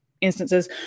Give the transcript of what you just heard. instances